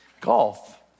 Golf